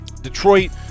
detroit